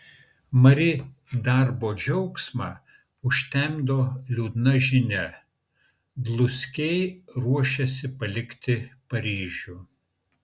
mari darbo džiaugsmą užtemdo liūdna žinia dluskiai ruošiasi palikti paryžių